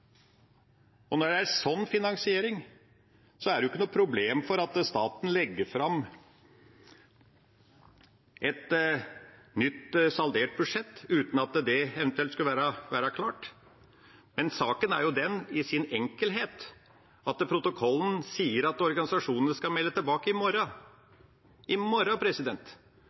finansiering, er det ikke noe problem med at staten legger fram et nytt saldert budsjett uten at det eventuelt skulle være klart. Saken er i enkelhet den at protokollen sier at organisasjonene skal melde tilbake i morgen – i morgen